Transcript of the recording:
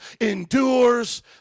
endures